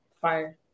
fire